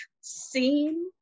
seen